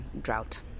drought